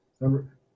Number